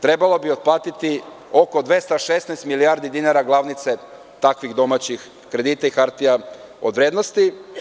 Trebalo bi otplatiti oko 216 milijardi dinara glavnice takvih domaćih kredita i hartija od vrednosti.